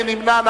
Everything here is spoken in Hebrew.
מי נמנע?